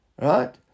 right